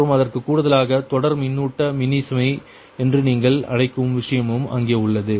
மற்றும் அதற்கு கூடுதலாக தொடர் மின்னூட்ட மின்னிசைமை என்று நீங்கள் அழைக்கும் விஷயமும் அங்கே உள்ளது